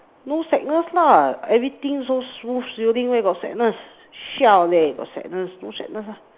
no sadness lah everything so smooth sailing where got sadness siao leh got sadness no sadness lah